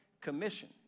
Commission